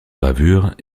gravures